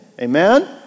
Amen